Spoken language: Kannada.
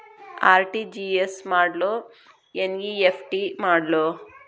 ಆರ್.ಟಿ.ಜಿ.ಎಸ್ ಮಾಡ್ಲೊ ಎನ್.ಇ.ಎಫ್.ಟಿ ಮಾಡ್ಲೊ?